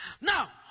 Now